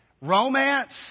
Romance